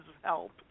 Help